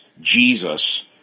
Jesus